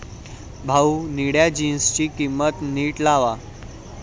भाऊ, निळ्या जीन्सची किंमत नीट लावा